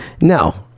no